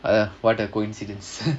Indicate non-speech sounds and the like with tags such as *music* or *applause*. !aiya! what a coincidence *laughs*